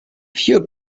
few